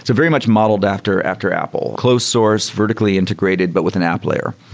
very much modeled after after apple. close source, vertically integrated, but with an app layer.